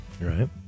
Right